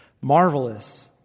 marvelous